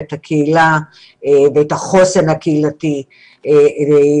את הקהילה ואת החוסן הקהילתי מאשר